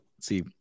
See